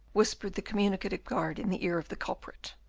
whispered the communicative guard in the ear of the culprit.